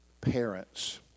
parents